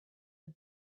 had